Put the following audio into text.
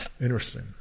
Interesting